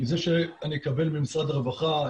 עם זה שאני אקבל ממשרד הרווחה,